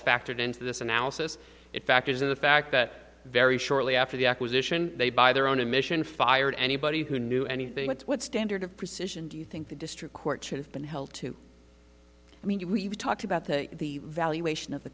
factored into this analysis it factors in the fact that very shortly after the acquisition they by their own admission fired anybody who knew anything that's what standard of precision do you think the district court to have been held to i mean we've talked about the valuation of the